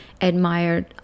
admired